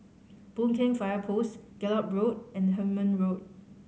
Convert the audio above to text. Boon Keng Fire Post Gallop Road and Hemmant Road